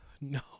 No